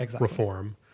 reform